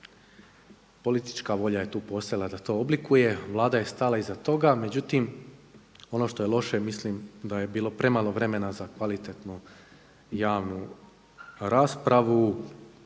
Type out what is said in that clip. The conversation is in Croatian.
Politička volja je tu postojala da to oblikuje. Vlada je stala iza toga. Međutim, ono što je loše, mislim da je bilo premalo vremena za kvalitetnu javnu raspravu.